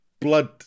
blood